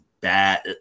bad